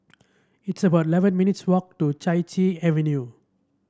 it's about eleven minutes' walk to Chai Chee Avenue